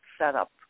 setup